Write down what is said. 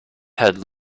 head